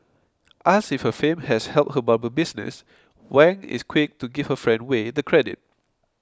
asked if her fame has helped her barber business Wang is quick to give her friend Way the credit